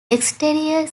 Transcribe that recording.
exterior